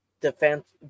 defense